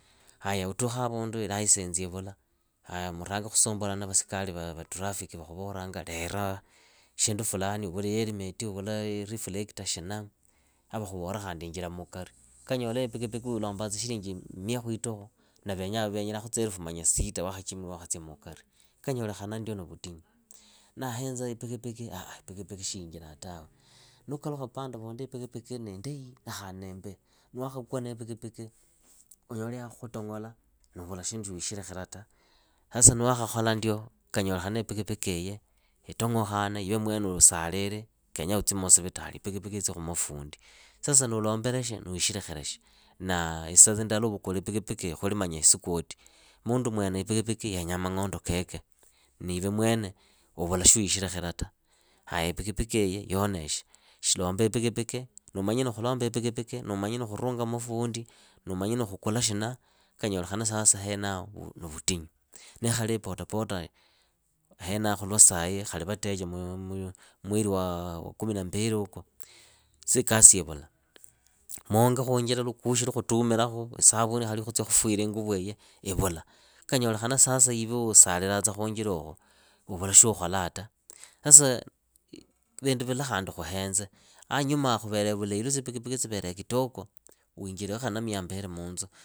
Haya utukhe havundu ilaisensi ivula, haya urange khusumbulana na vasikari va trafiki vakhuvolanga lera shindu fulani uvula iriflekta shina, avakhuvora khandi injila mukari. A kanyola ipikipiki ulumba sinji mia khwiitukhu, na venyerakhu tsielefu manya sita ni wakhakimilwa waakhatsia mukari, a kanyolekhana ndio ni vutinyu. Ndahenza ipikipiki ah ipikipiki shi yiinjilaa tawe. Nuukalukha vupande vundi ipikipiki niindai na khandi niimbi. Ni waakhakwa naipikipiki unyole yakhutong'ola na uvula shindu nuuvula shindu shya wiisherekhela ta. Sasa ni wakhakhola ndio kanyolekha ipikipiki hiyi itong'okhane iwe nwene usalile, kenyaa utsi muusivitari ipikipiki itsi khumufundi. Sasa niulombele shi niwiisherekhele shi, isa indala uvukule ipikipiki hiyi khuli isikuoti. Mundu mwene ipikipiki yenyaa mang'ondo keke. Niive mwene uvula sha wiisherekhela ta. Haya ipikipikiiyi yoonekhe, lomba ipikipiki, nuumanye ni khulomba ipikipiki, nuumanye ni kurunga mufundi. niumanye ni khukula shina, a kanyolekhana henaho ni vutinyu, niikhali potapota. henaho khulwa sai khali vatecha mweri wa kumi na mbili uku si ikasi ivula. Muhonge khuunjira lukushi lukhutumilakhu. isavuni khali ya khutsya kufuya inguvuiyi ivula. A kanyolekhana sasa iwe usalilaatsa khuunjiruukhu uvula shiukholaa ta. Sasa vindu vila khandi khuhenze. Hanyumaaha khuvelee vulahi lwa tsipikipiki tsivelee kitoko. wiinjilekhu khali na mia mbili munzu.